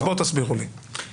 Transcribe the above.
תסבירו לי.